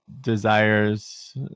desires